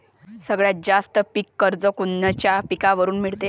सगळ्यात जास्त पीक कर्ज कोनच्या पिकावर मिळते?